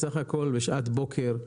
בסך הכל בשעת בוקר,